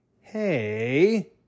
Hey